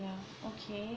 yeah okay